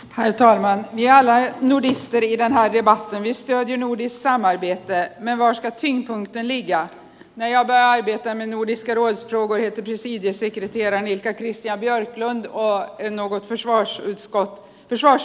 haetaan vain jäällä ei nudistiriidana jopa yhdistävien uudissanaili että nämä jolla on peli ja jää päädyttäneen uudistelua jouko ja teki siitä se kiristi aran ikäcivis ja poliittinen tuki että osallistutaan harjoitustoimintaan